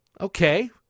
Okay